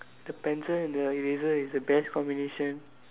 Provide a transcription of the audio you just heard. the pencil and the eraser is the best combination